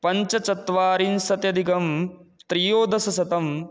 पञ्चचत्वारिंशदधिकं त्रयोदशशतं